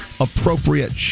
appropriate